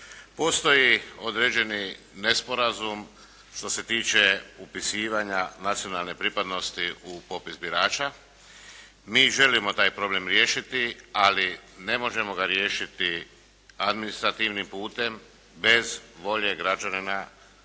Postoji određeni nesporazum što se tiče upisivanja nacionalne pripadnosti u popis birača. Mi želimo taj problem riješiti, ali ne možemo ga riješiti administrativnim putem bez volje građana da